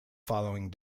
following